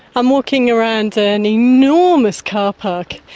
i'm walking around an enormous car park.